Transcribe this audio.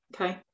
okay